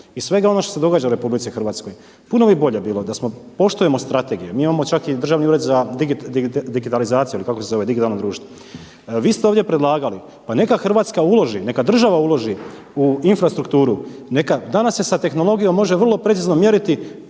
i svega onoga što se događa u RH puno bi bolje bilo da smo poštujemo strategije, mi imamo čak i Državni ured za digitalizaciju ili kako se zove digitalno društvo. Vi ste ovdje predlagali, pa neka Hrvatska uloži, neka država uloži u infrastrukturu neka, danas se sa tehnologijom može vrlo precizno mjeriti,